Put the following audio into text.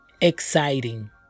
exciting